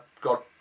got